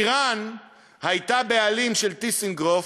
איראן הייתה בעלים של "טיסנקרופ"